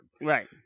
Right